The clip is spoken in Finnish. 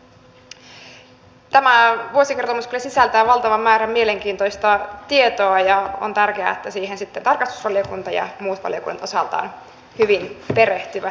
tämä vuosikertomus kyllä sisältää valtavan määrän mielenkiintoista tietoa ja on tärkeää että siihen sitten tarkastusvaliokunta ja muut valiokunnat osaltaan hyvin perehtyvät